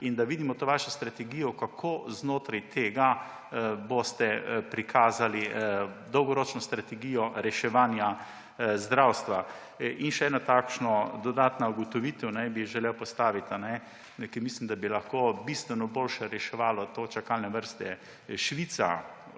in da vidimo to vašo strategijo, kako boste znotraj tega prikazali dolgoročno strategijo reševanja zdravstva. Še eno takšno dodatno ugotovitev bi želel postaviti, ker mislim, da bi se lahko bistveno boljše reševalo te čakalne vrste. Švica,